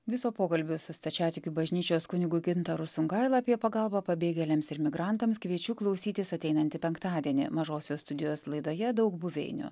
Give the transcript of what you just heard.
viso pokalbio su stačiatikių bažnyčios kunigu gintaru songaila apie pagalbą pabėgėliams ir migrantams kviečiu klausytis ateinantį penktadienį mažosios studijos laidoje daug buveinių